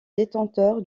détenteur